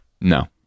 no